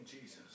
Jesus